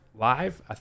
live